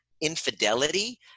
infidelity